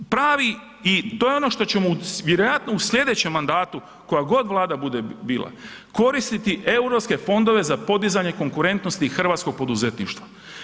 Pravi i to je ono što ćemo vjerojatno u sljedećem mandatu koja god Vlada bude bila, koristiti eu fondove za podizanje konkurentnosti hrvatskog poduzetništva.